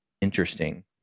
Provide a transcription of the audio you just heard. interesting